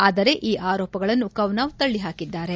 ಆದರೆ ಈ ಆರೋಪಗಳನ್ನು ಕವನಾವ್ ತಳ್ಳಿಹಾಕಿದ್ದಾರೆ